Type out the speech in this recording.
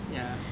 ya